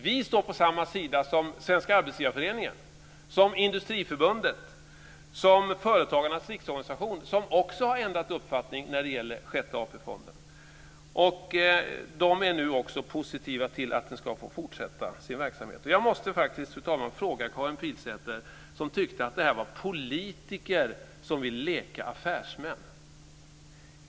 Vi står på samma sida som Svenska Arbetsgivareföreningen, som Industriförbundet och som Företagarnas Riksorganisation, som också har ändrat uppfattning när de gäller sjätte AP-fonden. De är nu också positiva till att den ska få fortsätta sin verksamhet. Jag måste faktiskt, fru talman, ställa en fråga till Karin Pilsäter, som tycker att det rör sig om politiker som vill leka affärsmän.